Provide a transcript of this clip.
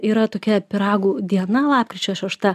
yra tokia pyragų diena lapkričio šešta